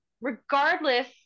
regardless